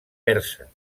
persa